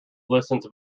listens